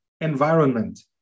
environment